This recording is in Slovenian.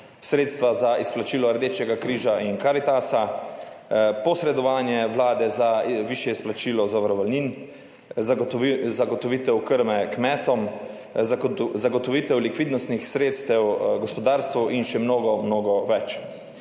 sredstva za izplačilo Rdečega križa in Karitasa, posredovanje Vlade za višje izplačilo zavarovalnin, zagotovitev krme kmetom, za zagotovitev likvidnostnih sredstev gospodarstvu in še mnogo, mnogo več.